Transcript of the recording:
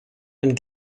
and